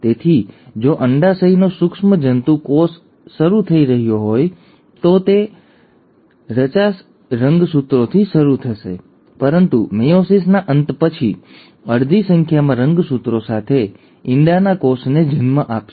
તેથી જો અંડાશયનો સૂક્ષ્મજંતુ કોષ શરૂ થઈ રહ્યો હોય તો તે રચાસ રંગસૂત્રોથી શરૂ થશે પરંતુ મેયોસિસના અંત પછી અડધી સંખ્યામાં રંગસૂત્રો સાથે ઇંડાના કોષને જન્મ આપશે